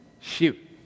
Shoot